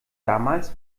damals